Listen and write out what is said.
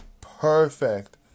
perfect